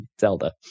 Zelda